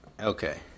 Okay